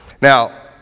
Now